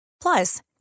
Plus